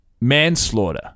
manslaughter